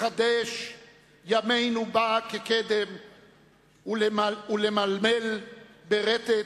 לחדש ימינו בה כקדם ולמלמל ברטט,